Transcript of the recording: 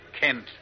Kent